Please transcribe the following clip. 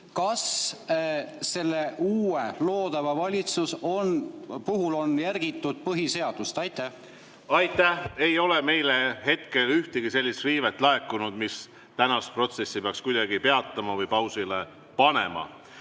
kas selle uue, loodava valitsuse puhul on järgitud põhiseadust? Aitäh! Ei ole meile hetkel laekunud ühtegi infot sellise riive kohta, mis tänast protsessi peaks kuidagi peatama või pausile panema.